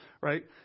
right